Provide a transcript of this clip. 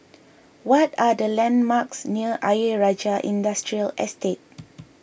what are the landmarks near Ayer Rajah Industrial Estate